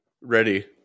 ready